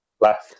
left